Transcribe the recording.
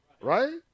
right